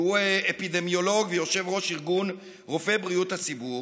והוא אפידמיולוג ויושב-ראש ארגון רופאי בריאות הציבור,